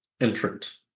entrant